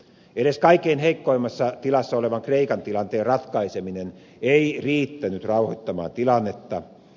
edes kaikkein heikoimmassa tilassa olevan kreikan tilanteen ratkaiseminen ei riittänyt rauhoittamaan tilannetta